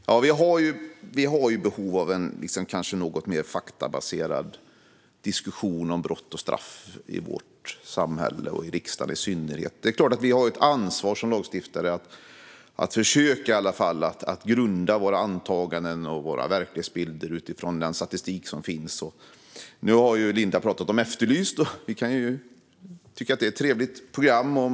Fru talman! Vi har behov av en mer faktabaserad diskussion om brott och straff i vårt samhälle och i riksdagen i synnerhet. Vi som lagstiftare har ett ansvar för att i alla fall försöka grunda våra antaganden och verklighetsbilder på den statistik som finns. Linda har talat om Efterlyst . Man kan tycka att det är ett trevligt program.